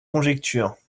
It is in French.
conjectures